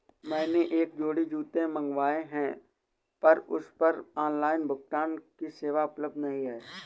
मैंने एक जोड़ी जूते मँगवाये हैं पर उस पर ऑनलाइन भुगतान की सेवा उपलब्ध नहीं है